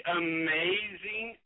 amazing